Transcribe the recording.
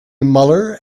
muller